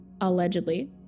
allegedly